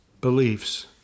beliefs